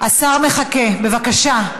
השר מחכה, בבקשה.